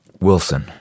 Wilson